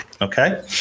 okay